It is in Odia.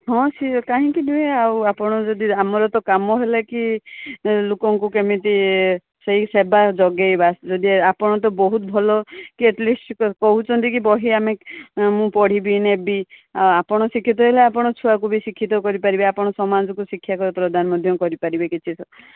ହଁ ସିଏ କାହିଁକି ନୁହେଁ ଆଉ ଆପଣ ଯଦି ଆମର ତ କାମ ହେଲା କି ଲୋକଙ୍କୁ କେମିତି ସେହି ସେବା ଯୋଗାଇବା ଯଦି ଆପଣ ତ ବହୁତ୍ ଭଲ କି ଆଟ୍ଲିଷ୍ଟ୍ କହୁଛନ୍ତି କି ବହି ଆମେ ମୁଁ ପଢ଼ିବି ନେବି ଆଉ ଆପଣ ଶିକ୍ଷିତ ହେଲେ ଆପଣ ଛୁଆକୁ ବି ଶିକ୍ଷିତ କରିପାରିବେ ଆପଣ ସମାଜକୁ ଶିକ୍ଷା ପ୍ରଦାନ ମଧ୍ୟ କରିପାରିବେ କିଛି ସ